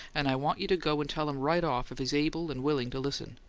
and i want you to go and tell him right off, if he's able and willing to listen.